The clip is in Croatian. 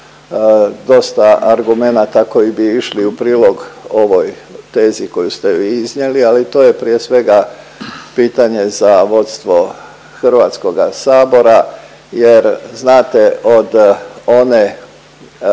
dosta argumenata koji bi išli u prilog ovoj tezi koju ste vi iznijeli. Ali to je prije svega pitanje za vodstvo HS-a jer znate od one